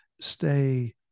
stay